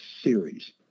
Series